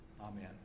Amen